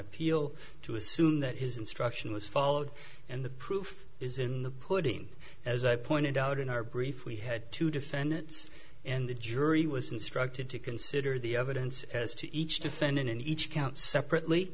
appeal to assume that his instruction was followed and the proof is in the pudding as i pointed out in our brief we had two defendants in the jury was instructed to consider the evidence as to each defendant in each count separately